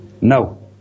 No